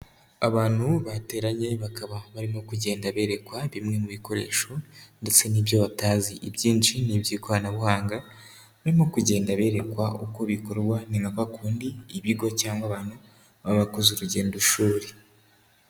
Abantu bateranye bakaba barimo kugenda berekwa bimwe mu bikoresho ndetse n'ibyo batazi, ibyinshi n'iby'ikoranabuhanga barimo kugenda berekwa uko bikorwa, ni nka kwakundi ibigo cyangwa abantu baba bakoze urugendoshuri.